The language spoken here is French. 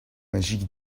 magique